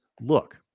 look